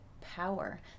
power